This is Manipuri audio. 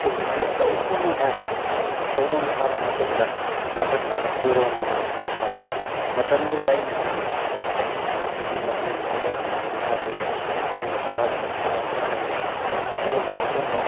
ꯇꯨꯡꯍꯟꯕꯤ ꯑꯆꯧꯕ ꯑꯃ ꯐꯥꯏ ꯑꯆꯧꯕ ꯑꯃ ꯐꯥꯔꯕ ꯃꯇꯨꯡꯗ ꯃꯊꯪꯗꯅ ꯄꯣꯔꯣꯝ ꯑꯃ ꯑꯃꯨꯛꯀ ꯐꯥꯏ ꯃꯇꯝꯗꯨꯗ ꯑꯩꯅ ꯈꯟꯂꯦ ꯑꯁ ꯃꯁꯤꯗꯤ ꯃꯐꯝꯁꯤꯗ ꯂꯩꯔꯝꯃꯤꯕ ꯉꯥꯁꯤꯒ ꯑꯩꯅ ꯐꯥꯔꯨꯔꯤꯁꯤꯒꯅ ꯈꯟꯂꯦ ꯈꯟꯂꯕ ꯃꯇꯨꯡꯗ